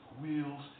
wheels